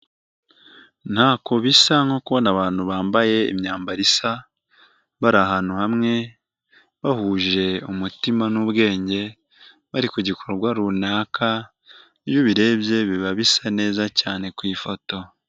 Ntako bisa nko kubona abantu bambaye imyambaro isa, bari ahantu hamwe bahuje umutima n'ubwenge, bari ku gikorwa runaka, iyo ubirebye biba bisa neza cyane ku ifoto.